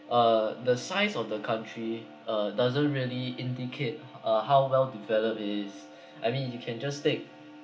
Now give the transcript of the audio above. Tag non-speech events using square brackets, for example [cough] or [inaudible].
uh the size of the country uh doesn't really indicate uh how well developed it is [breath] I mean you can just take